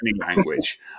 language